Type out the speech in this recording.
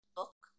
book